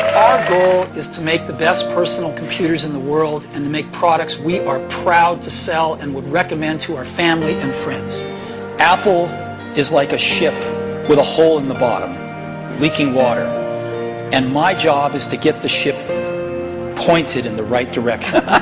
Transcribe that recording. goal is to make the best personal computers in the world and to make products we are proud to sell and would recommend to family and friends apple is like a ship with a hole in the bottom leaking water and my job is to get the ship pointed in the right direction!